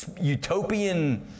utopian